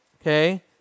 okay